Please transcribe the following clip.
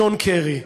ג'ון קרי,